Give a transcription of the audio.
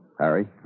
Harry